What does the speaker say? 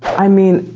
i mean,